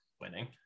winning